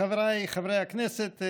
חבריי חברי הכנסת,